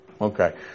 Okay